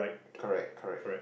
correct correct